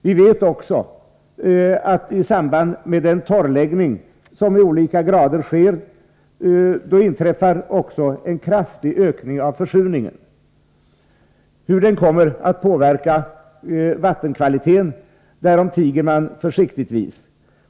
Vi vet ju att det i samband med den torrläggning som sker i varierande grad också inträffar en kraftig ökning av försurningen. Hur den kommer att påverka vattenkvaliteten, därom tiger man försiktigtvis.